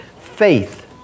Faith